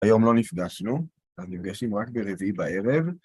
היום לא נפגשנו, אז נפגשים רק ברביעי בערב.